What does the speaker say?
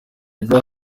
rya